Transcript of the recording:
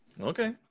Okay